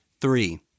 three